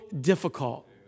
difficult